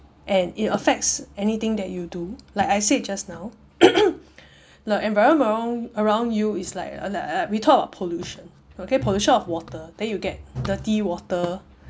and it affects anything that you do like I said just now the environment around you is like uh we talk pollution okay pollution of water then you get dirty water